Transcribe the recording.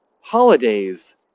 holidays